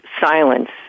silence